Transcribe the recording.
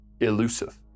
elusive